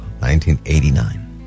1989